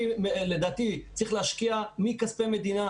לדעתי צריך להשקיע מכספי מדינה,